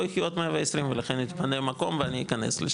לא יחיו עד 120 ולכן יתפנה מקום ואני אכנס לשם.